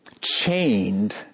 chained